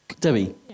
Debbie